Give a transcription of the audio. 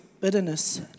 bitterness